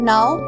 Now